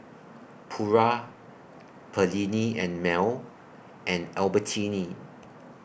Pura Perllini and Mel and Albertini